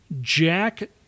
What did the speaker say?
jack